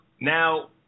now